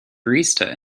barista